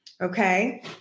okay